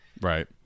Right